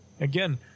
Again